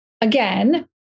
again